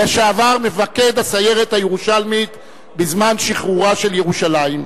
לשעבר מפקד הסיירת הירושלמית בזמן שחרורה של ירושלים.